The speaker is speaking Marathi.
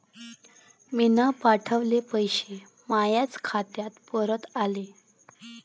मीन पावठवलेले पैसे मायाच खात्यात परत आले